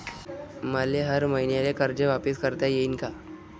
मले हर मईन्याले कर्ज वापिस करता येईन का?